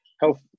Health